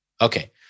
Okay